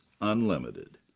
Unlimited